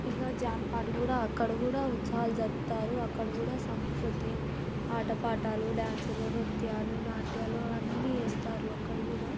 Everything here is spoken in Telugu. ఇంకా జామ్ పాట్ కూడా అక్కడ కూడా ఉత్సవాలు జరుపుతారు అక్కడ కూడా సంస్కృతి ఆట పాటలు డాన్సులు నృత్యాలు నాట్యాలు అవన్నీ వేస్తారు అక్కడ కూడా